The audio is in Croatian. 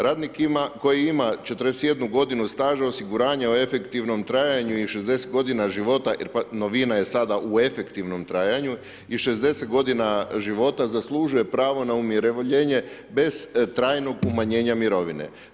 Radnik koji ima 41 godinu staža osiguranja u efektivnom trajanju i 60 godina života, jer pazite novina je sada u efektivnom trajanju, i 60 godina života, zaslužuje pravo na umirovljenje bez trajnog umanjenja mirovine.